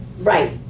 Right